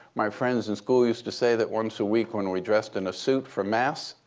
my friends in school used to say that once a week, when we dressed in a suit for mass,